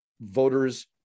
Voters